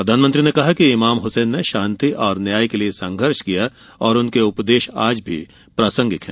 प्रधानमंत्री ने कहा कि इमाम हुसैन ने शान्ति और न्याय के लिये संघर्ष किया और उनके उपदेश आज भी प्रासंगिक हैं